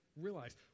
realize